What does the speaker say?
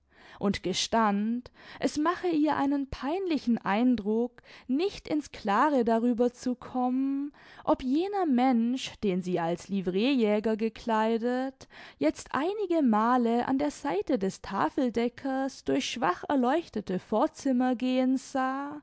und gestand es mache ihr einen peinlichen eindruck nicht in's klare darüber zu kommen ob jener mensch den sie als livreejäger gekleidet jetzt einigemale an der seite des tafeldeckers durch's schwacherleuchtete vorzimmer gehen sah